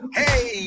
hey